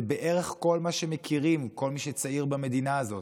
זה בערך כל מה שמכיר כל מי שצעיר במדינה הזאת,